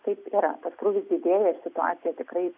taip yra tas krūvis didėja situacija tikrai